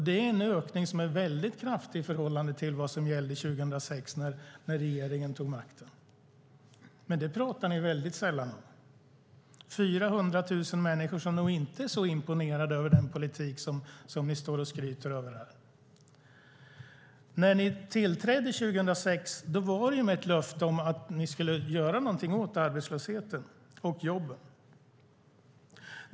Det är en ökning som är väldigt kraftig i förhållande till vad som gällde 2006 när regeringen tog makten, men det talar ni väldigt sällan om. Det är 400 000 människor som nog inte är så imponerade av den politik som ni står och skryter över här. När ni tillträdde 2006 var det med ett löfte om att ni skulle göra något åt arbetslösheten och för jobben.